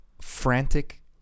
frantic